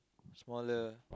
smaller